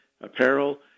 apparel